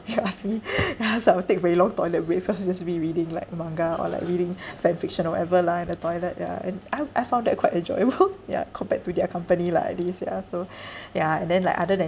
if you ask me ya so I will take very long toilet breaks cause I'll just be reading like manga or like reading fanfiction or whatever lah in the toilet ya and I I found that quite enjoyable ya compared to their company lah at least ya so ya and then like other than